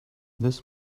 this